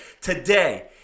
Today